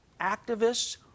activists